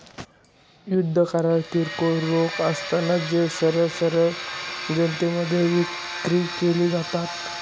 युद्ध करार किरकोळ रोखे असतात, जे सरळ सरळ जनतेमध्ये विक्री केले जातात